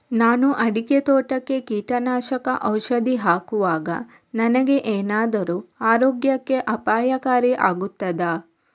ನಾನು ಅಡಿಕೆ ತೋಟಕ್ಕೆ ಕೀಟನಾಶಕ ಔಷಧಿ ಹಾಕುವಾಗ ನನಗೆ ಏನಾದರೂ ಆರೋಗ್ಯಕ್ಕೆ ಅಪಾಯಕಾರಿ ಆಗುತ್ತದಾ?